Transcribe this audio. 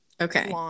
Okay